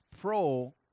pro